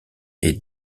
est